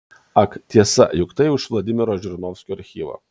ak tiesa juk tai jau iš vladimiro žirinovskio archyvo